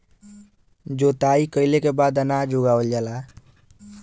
जोताई कइले के बाद अनाज उगावल जाला